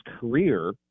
career